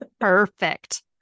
Perfect